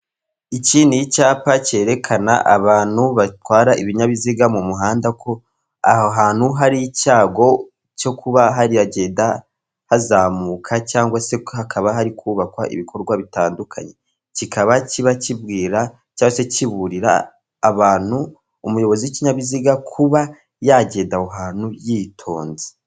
Iki n’icyapa cyereka abantu batwara ibinyabiziga mu muhanda ko aho hantu hari icyago cyo kuba haragenda hazamuka cyangwa se hakaba hari kubakwa ibikorwa bitandukanye, kikaba kiba kibwira cyangwa se kiburira abantu, umuyobozi w'ikinyabiziga, kuba yagenda aho hantu yitonze.